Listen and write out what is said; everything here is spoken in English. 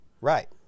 Right